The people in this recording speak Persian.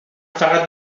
فقط